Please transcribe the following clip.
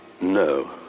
No